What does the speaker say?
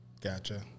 gotcha